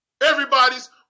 Everybody's